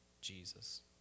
Jesus